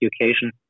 education